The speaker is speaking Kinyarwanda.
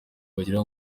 bagira